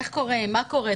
איך קורה, מה קורה?